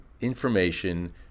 information